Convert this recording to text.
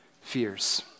fears